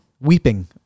Weeping